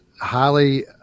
highly